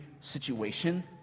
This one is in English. situation